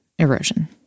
erosion